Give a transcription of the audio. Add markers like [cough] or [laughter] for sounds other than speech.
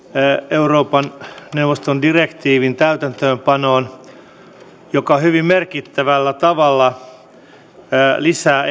euroopan neuvoston direktiivin täytäntöönpanoon joka hyvin merkittävällä tavalla lisää [unintelligible]